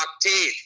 teeth